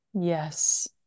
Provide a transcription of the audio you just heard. Yes